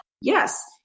yes